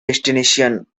destination